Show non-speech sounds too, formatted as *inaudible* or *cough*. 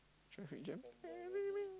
traffic jam *noise*